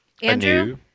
Andrew